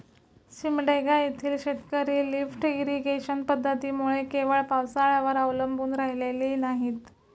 सिमडेगा येथील शेतकरी lift irrigation पद्धतीमुळे केवळ पावसाळ्यावर अवलंबून राहिलेली नाहीत